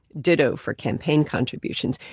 ditto for campaign contributions.